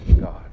God